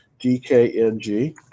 DKNG